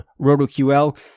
RotoQL